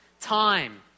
time